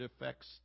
affects